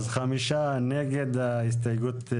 חמישה נגד ההסתייגות.